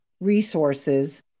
Resources